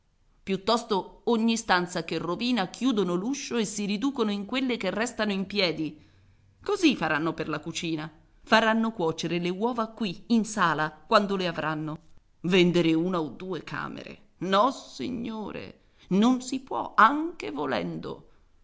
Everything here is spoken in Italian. piuttosto ogni stanza che rovina chiudono l'uscio e si riducono in quelle che restano in piedi così faranno per la cucina faranno cuocere le uova qui in sala quando le avranno vendere una o due camere nossignore non si può anche volendo